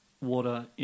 water